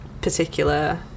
particular